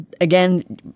again